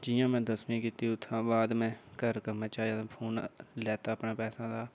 जि'यां में दसमीं कीती उत्थुआं दा बाद में घर कम्मै चा फोन लैता अपने पैसें दा